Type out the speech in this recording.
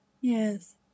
Yes